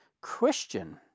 Christian